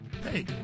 Hey